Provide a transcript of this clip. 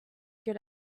good